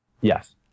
Yes